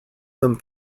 some